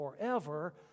forever